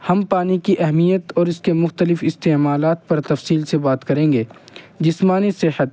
ہم پانی کی اہمیت اور اس کے مختلف استعمالات پر تفصیل سے بات کریں گے جسمانی صحت